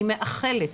אני מאחלת